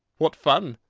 what fun!